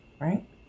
Right